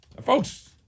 Folks